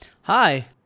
Hi